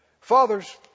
Fathers